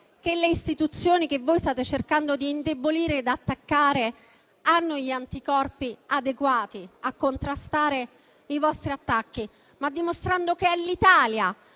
che le istituzioni che voi state cercando di indebolire ed attaccare hanno gli anticorpi adeguati a contrastare i vostri attacchi, ma anche che è l'Italia